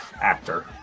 actor